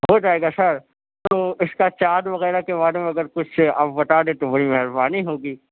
ہو جائے گا سر تو اس کے چارج وغیرہ کے بارے میں اگر کچھ آپ بتا دیں تو بڑی مہربانی ہوگی